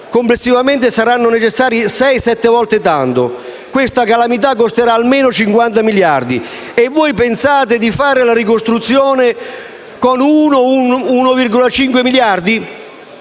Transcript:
complessivamente sarà necessario sei o sette volte tanto. Questo evento calamitoso costerà almeno 50 miliardi e voi pensate di fare la ricostruzione con 1,5 miliardi?